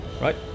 Right